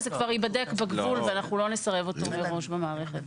אז זה כבר ייבדק בגבול ואנחנו לא נסרב אותו מראש במערכת.